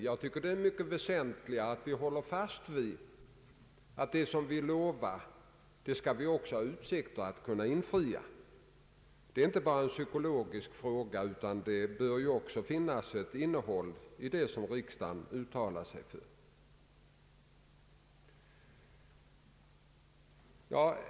Jag anser att det är mer väsentligt att vi också skall ha utsikter att kunna infria vad vi lovar. Det är inte bara en psykologisk fråga, det bör också finnas ett innehåll i det som riksdagen uttalar sig för.